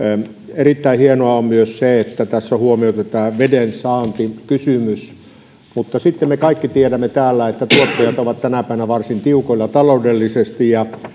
erittäin hienoa on myös se että tässä on huomioitu tämä vedensaantikysymys mutta sitten me kaikki tiedämme täällä että tuottajat ovat tänä päivänä varsin tiukoilla taloudellisesti ja